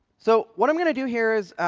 so what i'm going to do here is,